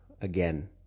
again